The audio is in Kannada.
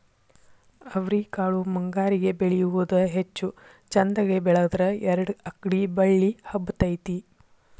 ಅವ್ರಿಕಾಳು ಮುಂಗಾರಿಗೆ ಬೆಳಿಯುವುದ ಹೆಚ್ಚು ಚಂದಗೆ ಬೆಳದ್ರ ಎರ್ಡ್ ಅಕ್ಡಿ ಬಳ್ಳಿ ಹಬ್ಬತೈತಿ